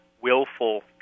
willful